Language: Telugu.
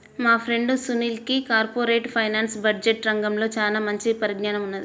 మా ఫ్రెండు సునీల్కి కార్పొరేట్ ఫైనాన్స్, బడ్జెట్ రంగాల్లో చానా మంచి పరిజ్ఞానం ఉన్నది